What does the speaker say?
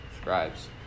scribes